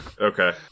Okay